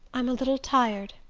i'm a little tired.